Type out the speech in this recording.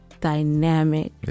dynamic